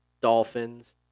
Dolphins